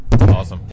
Awesome